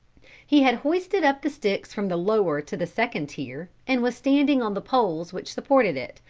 he had hoisted up the sticks from the lower to the second tier, and was standing on the poles which supported it,